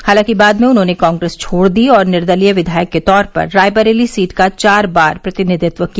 हालांकि बाद में उन्होंने कांग्रेस छोड़ दी और निर्दलीय विधायक के तौर पर रायबरेली सीट का चार बार प्रतिनिधित्व किया